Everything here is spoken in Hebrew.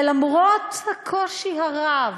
ולמרות הקושי הרב